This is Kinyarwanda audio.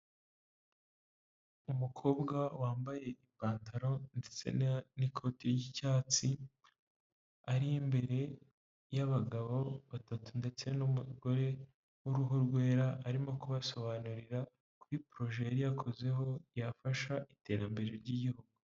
Umukobwa wambaye ipantaro ndetse n'ikoti ry'icyatsi, ari imbere y'abagabo batatu ndetse n'umugore w'uruhu rwera arimo kubasobanurira kuri poroje yari yakozeho yafasha iterambere ry'igihugu.